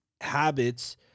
habits